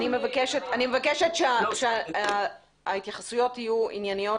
אני מבקשת שההתייחסויות יהיו ענייניות